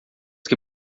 que